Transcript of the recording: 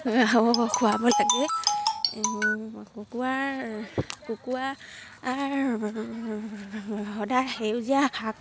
খুৱাব লাগে কুকুৰাৰ সদায় সেউজীয়া শাক